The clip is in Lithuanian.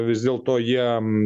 vis dėlto jiem